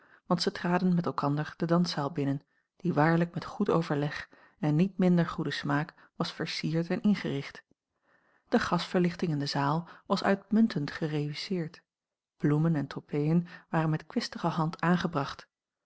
want ze traden met elkander de danszaal binnen die waarlijk met goed overleg en niet minder goeden smaak was versierd en ingericht de gasverlichting in de zaal was uitmuntend gereüsseerd bloemen en tropeeën waren met kwistige hand aangebracht